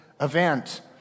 event